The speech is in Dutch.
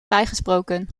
vrijgesproken